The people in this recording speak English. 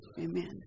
amen